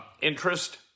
interest